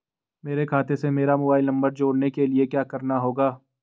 मेरे खाते से मेरा मोबाइल नम्बर जोड़ने के लिये क्या करना होगा?